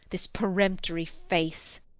this peremptory face.